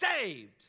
saved